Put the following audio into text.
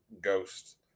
ghost